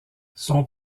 son